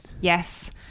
yes